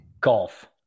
golf